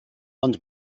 ond